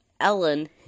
Ellen